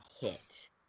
hit